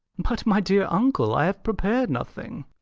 but, my dear uncle, i have prepared nothing.